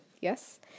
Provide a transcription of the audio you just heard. yes